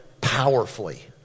powerfully